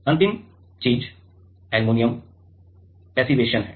अंतिम चीज aluminium passivation है